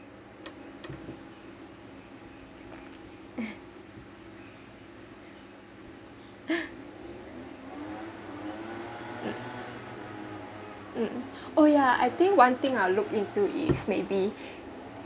um oh yeah I think one thing I’ll look into is maybe